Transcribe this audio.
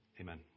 Amen